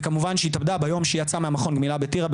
וכמובן שהיא התאבדה ביום שהיא יצאה ממכון הגמילה בטירה,